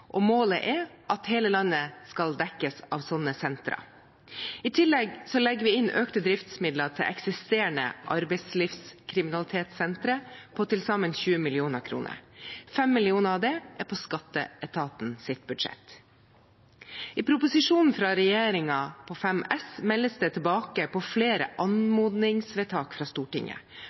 og målet er at hele landet skal dekkes av sånne sentre. I tillegg legger vi inn økte driftsmidler til eksisterende arbeidslivskriminalitetssentre på til sammen 20 mill. kr, og 5 mill. kr av disse er på skatteetatens budsjett. I proposisjonen fra regjeringen til Innst. 5 S meldes det tilbake på flere anmodningsvedtak fra Stortinget,